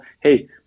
hey